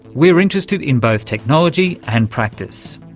we're interested in both technology and practice.